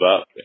up